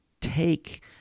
take